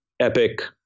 epic